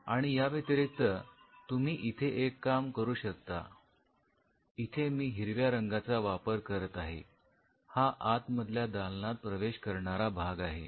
आणि या व्यतिरिक्त तुम्ही इथे एक काम करू शकता इथे मी हिरव्या रंगाचा वापर करत आहे हा आत मधल्या दालनात प्रवेश करणारा भाग आहे